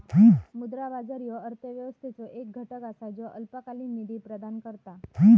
मुद्रा बाजार ह्यो अर्थव्यवस्थेचो एक घटक असा ज्यो अल्पकालीन निधी प्रदान करता